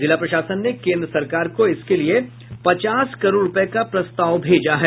जिला प्रशासन ने केन्द्र सरकार को इसके लिए पचास करोड़ रुपये का प्रस्ताव भेजा है